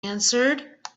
answered